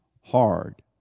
hard